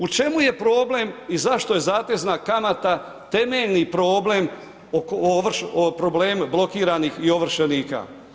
U čemu je problem i zašto je zatezna kamata temeljni problem blokiranih i ovršenika?